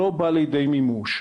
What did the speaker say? שלא בא לידי מימוש.